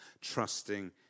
trusting